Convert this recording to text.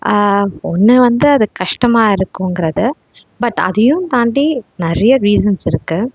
ஒன்று வந்து அது கஷ்டமாக இருக்குங்கிறது பட் அதையும் தாண்டி நிறைய ரீசன்ஸ் இருக்குது